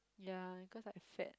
ya cause I fat